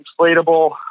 inflatable